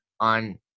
on